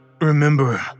remember